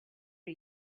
are